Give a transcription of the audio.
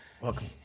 welcome